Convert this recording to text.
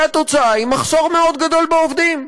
והתוצאה היא מחסור מאוד גדול בעובדים.